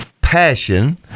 passion